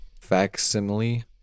facsimile